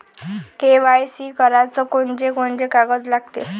KYC कराच कोनचे कोनचे कागद लागते?